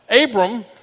Abram